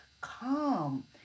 calm